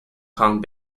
kong